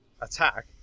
Attack